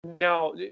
now